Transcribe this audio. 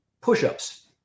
push-ups